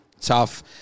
tough